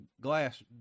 glass